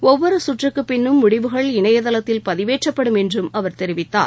ஒவ்வொரு கற்றுக்குப் பின்னும் முடிவுகள் இணையதளத்தில் பதிவேற்றப்படும் என்றும் அவர் தெரிவித்தார்